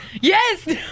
Yes